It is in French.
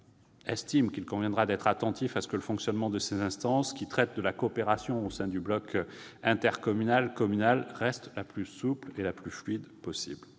estime qu'il conviendra d'être attentif à ce que le fonctionnement de ces instances, qui traitent de la coopération au sein du bloc communal, reste le plus souple et le plus fluide possible.